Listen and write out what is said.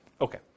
Okay